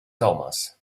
thomas